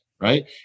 right